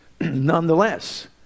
nonetheless